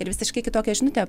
ir visiškai kitokią žinutę